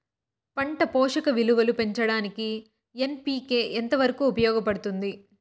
పంట పోషక విలువలు పెంచడానికి ఎన్.పి.కె ఎంత వరకు ఉపయోగపడుతుంది